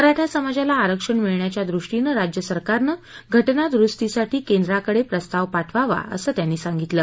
मराठा समाजाला आरक्षण मिळण्याच्या दृष्टीने राज्य सरकारने घ जाद्रुस्तीसाठी केंद्राकडे प्रस्ताव पाठवावा असं त्यांनी सांगितलं